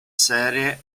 serie